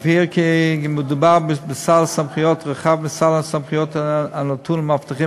אבהיר כי מדובר בסל סמכויות רחב מסל הסמכויות הנתון למאבטחים